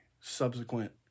subsequent